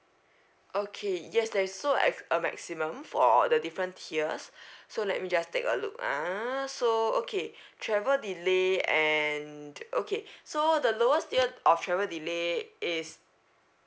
okay yes there's so ec~ a maximum for the different tiers so let me just take a look ah so okay travel delay and okay so the lowest tier of travel delay is